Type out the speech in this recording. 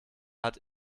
hat